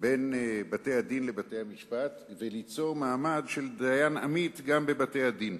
בין בתי-הדין לבתי-המשפט וליצור מעמד של דיין עמית גם בבתי-הדין.